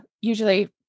usually